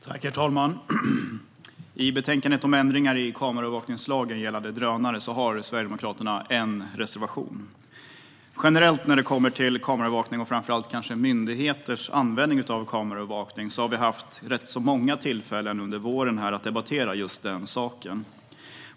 Kameraövervaknings-lagen och möjlighet erna att använda drönare Herr talman! I betänkandet om ändringar i kameraövervakningslagen gällande drönare har Sverigedemokraterna en reservation. Vi har haft rätt många tillfällen här under våren att debattera kameraövervakning och framför allt myndigheters användning av kameraövervakning.